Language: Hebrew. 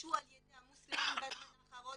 נכבשו על ידי המוסלמים בזמן האחרון.